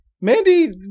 Mandy